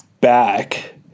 back